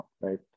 right